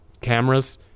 Cameras